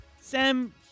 Sam